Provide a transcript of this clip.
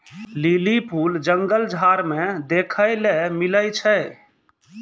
lily फूल जंगल झाड़ मे देखै ले मिलै छै